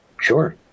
Sure